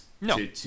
No